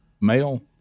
male